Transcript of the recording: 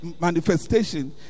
manifestation